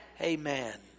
Amen